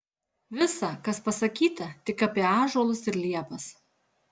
visa kas pasakyta tik apie ąžuolus ir liepas